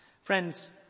Friends